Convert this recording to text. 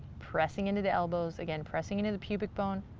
pressing into the elbows again, pressing into the pubic bone.